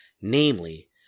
namely